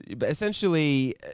Essentially